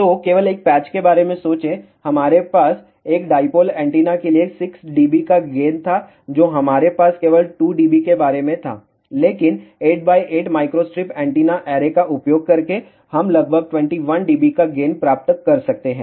तो केवल एक पैच के बारे में सोचें हमारे पास एक डाइपोल एंटीना के लिए 6 dB का गेन था जो हमारे पास केवल 2 dB के बारे में था लेकिन 8 x 8 माइक्रोस्ट्रिप एंटीना ऐरे का उपयोग करके हम लगभग 21 dB का गेन प्राप्त कर सकते हैं